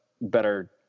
better